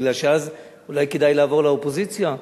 כי אז אולי כדאי לעבור לאופוזיציה.